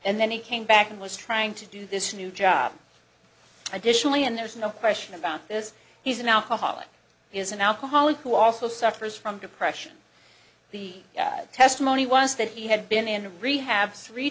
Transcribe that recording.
and then he came back and was trying to do this new job additionally and there's no question about this he's an alcoholic is an alcoholic who also suffers from depression the testimony was that he had been in rehab three